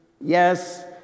Yes